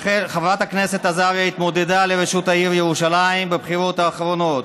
חברת הכנסת עזריה התמודדה לראשות העיר ירושלים בבחירות האחרונות,